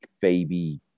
baby